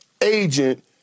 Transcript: agent